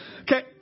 Okay